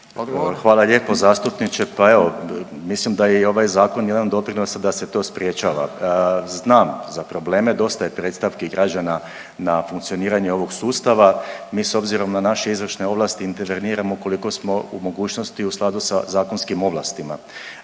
Hvala lijepo zastupniče. Pa evo mislim da je i ovaj zakon jedan doprinos da se to sprječava. Znam za probleme dosta je predstavki građana na funkcioniranje ovog sustava, mi s obzirom na naše izvršne ovlasti interveniramo koliko smo u mogućnosti u skladu sa zakonskim ovlastima.